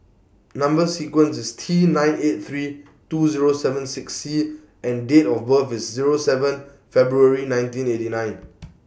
Number sequence IS T nine eight three two Zero seven six C and Date of birth IS Zero seven February nineteen eighty nine